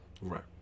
right